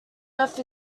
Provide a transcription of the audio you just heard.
earth